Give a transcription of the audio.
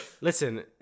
listen